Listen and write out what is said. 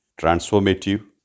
transformative